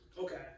Okay